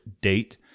date